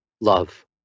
love